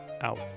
out